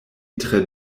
tre